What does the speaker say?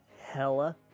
hella